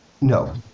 No